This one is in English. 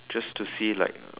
just to see like